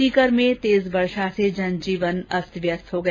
सीकर में आज तेज वर्षा से जनजीवन अस्त व्यस्त हो गया